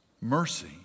mercy